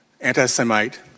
anti-Semite